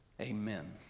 Amen